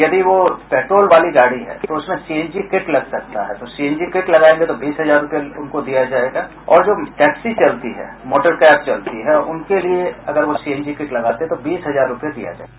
यदि वे पेट्रोल वाली गाडी है तो उसमें सीएनजी कीट लग सकती है तो सीएनजी कीट लगेगा तो उनके बीस हजार रूपये अनुदान दिया जायेगा और टैक्सी चलती है मोटर कैब चलती है उनके लिये सीएनजी कीट लगाते हैं तो उनको बीस हजार रूपये दिया जायेगा